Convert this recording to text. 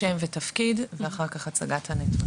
אנא הציגי עצמך ולאחר מכן תציגי את הנתונים